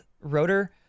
rotor